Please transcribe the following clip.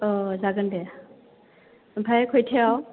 औ जागोन दे ओमफ्राय खयथायाव